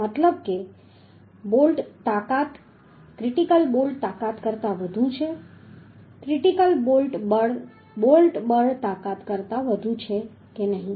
મતલબ કે બોલ્ટ તાકાત ક્રિટિકલ બોલ્ટ તાકાત કરતાં વધુ છે ક્રિટિકલ બોલ્ટ બળ બોલ્ટ તાકાત કરતાં વધુ છે કે નહીં